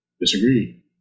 Disagree